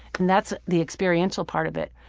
and that's the experiential part of it.